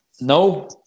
no